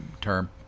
term